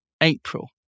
April